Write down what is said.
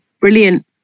brilliant